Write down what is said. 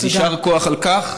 אז יישר כוח על כך.